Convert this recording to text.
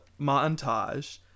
montage